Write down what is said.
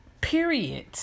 period